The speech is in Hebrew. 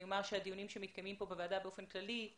אני אומר שהדיונים שמתקיימים כאן בוועדה באופן כללי,